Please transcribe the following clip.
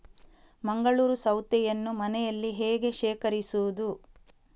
ಮಂಗಳೂರು ಸೌತೆಯನ್ನು ಮನೆಯಲ್ಲಿ ಹೇಗೆ ಶೇಖರಿಸುವುದು?